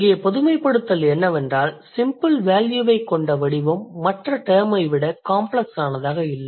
இங்கே பொதுமைப்படுத்தல் என்னவென்றால் சிம்பிள் வேல்யூவைக் கொண்ட வடிவம் மற்ற டெர்ம் ஐ விட காம்ப்ளக்ஸானதாக இல்லை